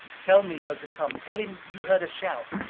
tell miko to come tell him you heard a shout.